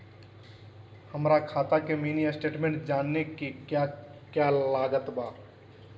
हमरा खाता के मिनी स्टेटमेंट जानने के क्या क्या लागत बा?